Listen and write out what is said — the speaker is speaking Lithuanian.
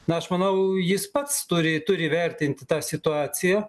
na aš manau jis pats turi turi vertinti tą situaciją